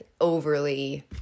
overly